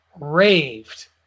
raved